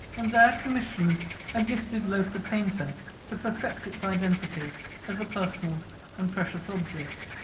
and there commissioned a gifted local painter to perfect its identity as a personal and precious object.